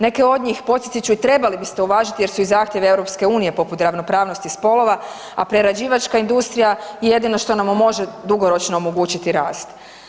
Neke od njih podsjetit ću i trebali biste uvažiti jer su i zahtjevi EU poput ravnopravnosti spolova, a prerađivačka industrija jedino što nam može dugoročno omogućiti rast.